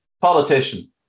Politician